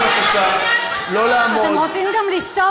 חברת הכנסת